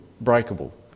breakable